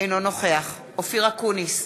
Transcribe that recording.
אינו נוכח אופיר אקוניס,